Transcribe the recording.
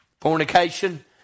Fornication